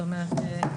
זאת אומרת,